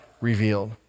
revealed